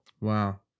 Wow